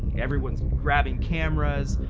ieveryone's grabbing cameras,